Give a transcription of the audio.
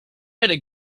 better